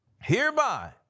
hereby